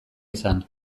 izan